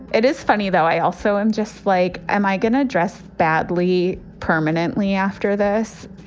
it is funny, though. i also am just like, am i going to dress badly permanently after this?